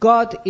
God